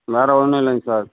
வேறு ஒன்றும் இல்லைங்க சார்